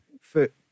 foot